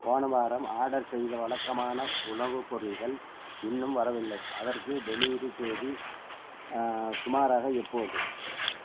போன வாரம் ஆடர் செய்த வழக்கமான உணவுப் பொருள்கள் இன்னும் வரவில்லை அதற்கு டெலிவரி தேதி சுமாராக எப்போது